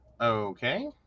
Okay